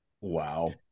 Wow